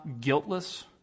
guiltless